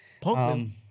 Punk